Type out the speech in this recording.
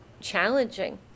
challenging